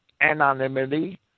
anonymity